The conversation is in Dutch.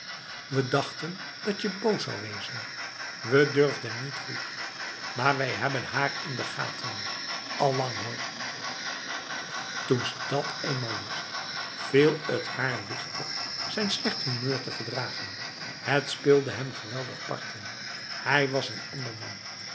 we dachten datje boos zou wezerj we durfden niet goed maar wij hebben haar in de gaten allang hoorf toen ze dat eenmaal wist viel het haar lichter zijn slecht humeur te verdragen het speelde hem geweldige parten hij was een ander man